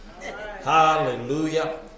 Hallelujah